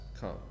come